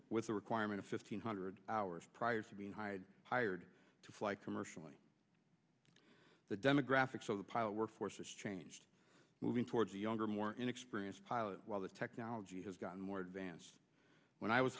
with the requirement of fifteen hundred hours prior to being hired hired to fly commercially the demographics of the pilot workforce has changed moving towards a younger more inexperienced pilot while the technology has gotten more advanced when i was